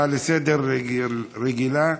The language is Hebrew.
זו הצעה רגילה לסדר-היום.